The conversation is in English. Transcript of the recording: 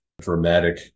dramatic